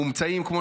מומצאים כמו